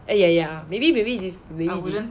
err ya ya maybe maybe this